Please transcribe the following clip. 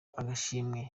agashimwe